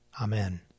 Amen